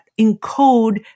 encode